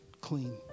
clean